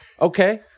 Okay